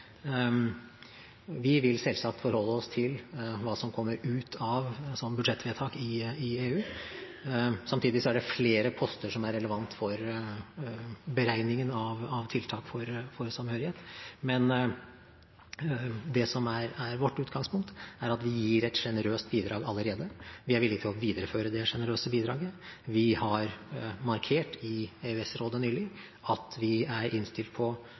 Vi vil selvsagt forholde oss til det som kommer ut av et slikt budsjettvedtak i EU. Samtidig er det flere poster som er relevante for beregningen av tiltak for samhørighet, men det som er vårt utgangspunkt, er at vi gir et sjenerøst bidrag allerede. Vi er villig til å videreføre det sjenerøse bidraget. Vi har i EØS-rådet nylig markert at vi er innstilt på